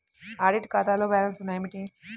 Audit ఖాతాలో balance ఏమిటీ?